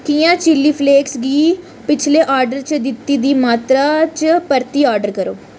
कि'यां chilli flakes गी पिछले आर्डर च दित्ती दी मात्तरा च परतियै आर्डर करो